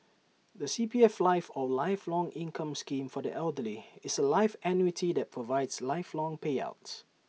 the C P F life or lifelong income scheme for the elderly is A life annuity that provides lifelong payouts